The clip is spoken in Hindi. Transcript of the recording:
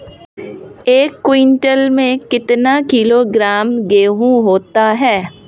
एक क्विंटल में कितना किलोग्राम गेहूँ होता है?